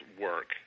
work